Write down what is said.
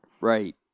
Right